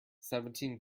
seventeen